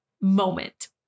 moment